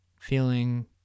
feeling